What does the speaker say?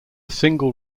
single